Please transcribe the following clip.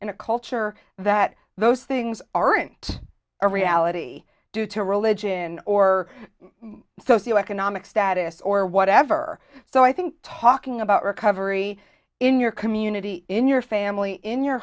in a culture that those things aren't a reality due to religion or socioeconomic status or whatever so i think talking about recovery in your community in your family in your